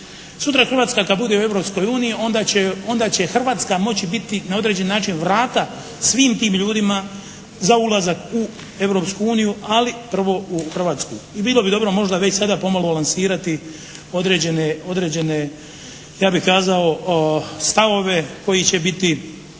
Sutra Hrvatska kad bude u Europskoj uniji onda će Hrvatska moći biti na određeni način vrata svim tim ljudima za ulazak u Europsku uniju, ali prvo u Hrvatsku i bilo bi dobro možda već sada pomalo lansirati određene ja bih kazao stavove koji će biti